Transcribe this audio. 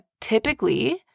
typically